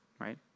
right